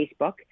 Facebook